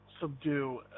subdue